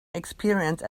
experience